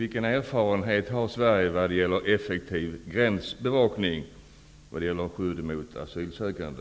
Vilken erfarenhet har Sverige när det gäller effektiv gränsbevakning och på vilket sätt utförs den när det gäller skydd mot asylsökande?